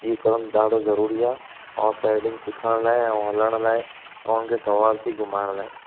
इएं करणु ॾाढो ज़रूरी आहे हॉर्स राइडिंग सिखण लाइ ऐं हलण लाइ ऐं हुन खे सुवारु थी घूमाइण लाइ